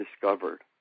discovered